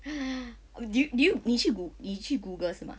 did you did you 你去你去 google 是吗